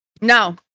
No